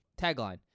Tagline